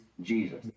Jesus